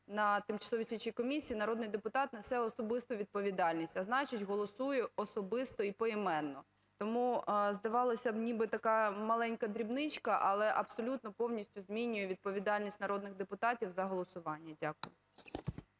на тимчасовій слідчій комісії народний депутат несе особисту відповідальність, а значить голосує особисто і поіменно. Тому, здавалося б, ніби така маленька дрібничка, але абсолютно повністю змінює відповідальність народних депутатів за голосування. Дякую.